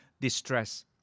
distress